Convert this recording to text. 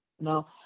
no